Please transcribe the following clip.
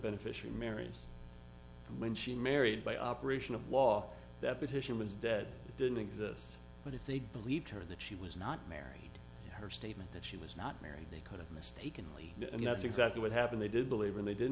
beneficiary marries when she married by operation of law that petition was dead didn't exist but if they believe her that she was not married to her statement that she was not married they could have mistakenly and that's exactly what happened they did believe